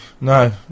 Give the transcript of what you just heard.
no